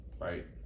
right